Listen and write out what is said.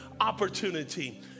opportunity